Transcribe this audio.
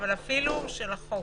אבל אפילו של החוק.